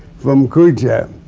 from khrushchev.